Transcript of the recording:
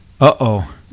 Uh-oh